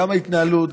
גם ההתנהלות,